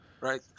Right